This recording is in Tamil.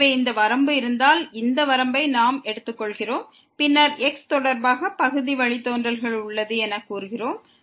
எனவே இந்த வரம்பு இருந்தால் இந்த வரம்பை நாம் எடுத்துக்கொள்கிறோம் பின்னர் x தொடர்பாக பகுதி வழித்தோன்றல்கள் உள்ளது என கூறுகிறோம்